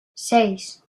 seis